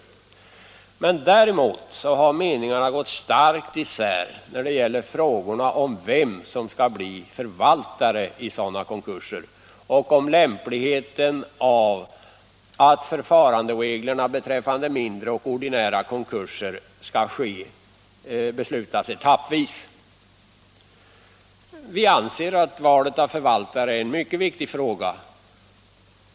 Däremot har — Konkurslagstiftmeningarna gått starkt isär när det gäller frågorna om vem som skall — ningen bli förvaltare i sådana konkurser och om lämpligheten av att förfarandereglerna beträffande mindre och ordinära konkurser skall beslutas etappvis. Valet av förvaltare är en viktig fråga.